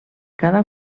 cada